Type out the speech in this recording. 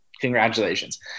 Congratulations